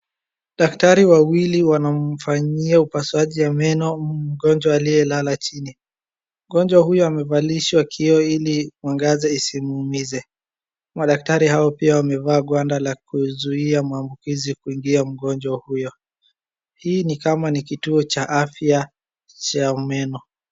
Daktari wawili wanamfanyia upasuaji wa meno mgonjwa aliyelala chini. Mgonjwa huyu amevalishwa kioo ili mwangaza isimuumize. Madaktari hao pia wamevaa gwanda la kuzuia maambukizi kuingia mgonjwa huyo. Hii ni kama ni kituo cha afya cha meno.